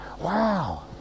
Wow